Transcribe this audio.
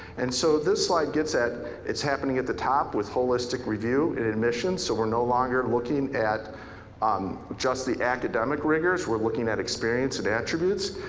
and so this slide gets at it's happening at the top with holistic review in admissions. so we're no longer looking at um just the academic rigors, we're looking at experience and attributes.